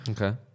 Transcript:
Okay